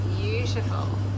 beautiful